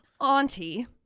Auntie